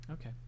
Okay